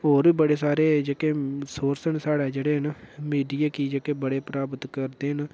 होर बड़े सारे जेह्के सोर्स न साढ़ै जेह्ड़े न मीडिया गी जेह्के बड़े प्राप्त करदे न